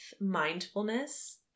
mindfulness